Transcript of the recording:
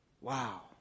Wow